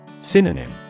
Synonym